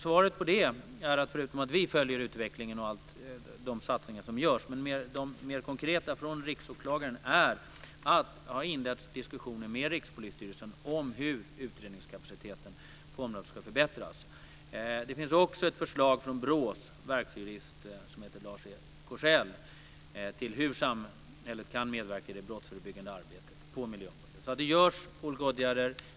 Förutom att vi följer utvecklingen och de satsningar som görs har det mer konkret från Riksåklagarens sida inletts diskussioner med Rikspolisstyrelsen om hur utredningskapaciteten på området ska förbättras. Det finns också ett förslag från BRÅ:s verksjurist Lars Korsell till hur samhället kan medverka i det brottsförebyggande arbetet på miljöområdet. Det vidtas åtgärder.